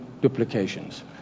duplications